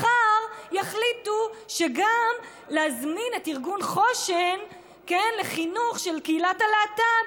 מחר יחליטו שגם ארגון חושן לחינוך של קהילת הלהט"ב,